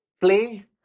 play